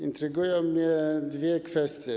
Intrygują mnie dwie kwestie.